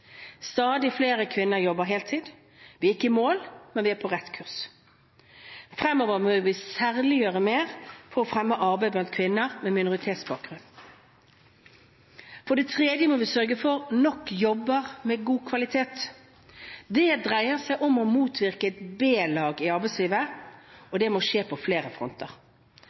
Stadig flere kvinner jobber heltid. Vi er ikke i mål, men vi er på rett kurs. Fremover må vi særlig gjøre mer for å fremme arbeid blant kvinner med minoritetsbakgrunn. For det tredje må vi sørge for nok jobber med god kvalitet. Det dreier seg om å motvirke et B-lag i arbeidslivet. Det må skje på flere fronter.